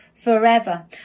forever